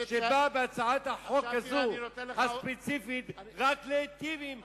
שבאה בהצעת החוק הזאת הספציפית רק להטיב עם אותן נשים עובדות.